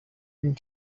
and